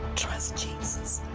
trust jesus.